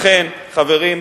לכן, חברים,